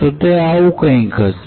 તો એ આ પ્રમાણે થશે